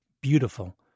beautiful